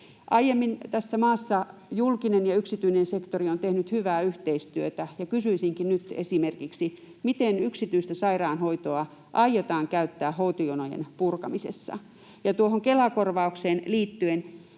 Aiemmin tässä maassa julkinen ja yksityinen sektori ovat tehneet hyvää yhteistyötä, ja kysyisinkin nyt esimerkiksi: miten yksityistä sairaanhoitoa aiotaan käyttää hoitojonojen purkamisessa? Ja tuohon Kela-korvaukseen liittyen